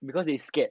because they scared